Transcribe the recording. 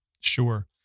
Sure